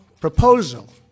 proposal